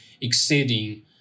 exceeding